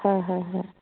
হয় হয় হয়